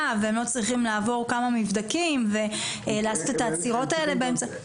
והם לא צריכים לעבור כמה מבדקים ולעשות את העצירות האלה באמצע.